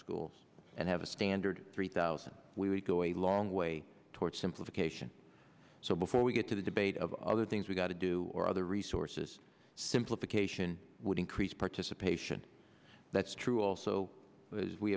schools and have a standard three thousand we would go a long way toward simplification so before we get to the debate of the things we've got to do or other resources simplification would increase participation that's true also